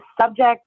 subject